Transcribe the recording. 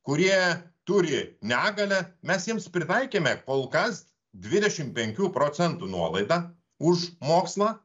kurie turi negalią mes jiems pritaikėme kol kas dvidešimt penkių procentų nuolaidą už mokslą